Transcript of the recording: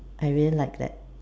I really like that